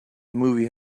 movie